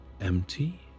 empty